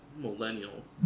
millennials